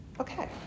Okay